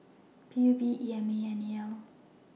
P U B E M A and N E L